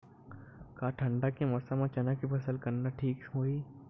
का ठंडा के मौसम म चना के फसल करना ठीक होही?